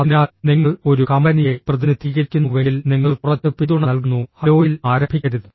അതിനാൽ നിങ്ങൾ ഒരു കമ്പനിയെ പ്രതിനിധീകരിക്കുന്നുവെങ്കിൽ നിങ്ങൾ കുറച്ച് പിന്തുണ നൽകുന്നു ഹലോയിൽ ആരംഭിക്കരുത്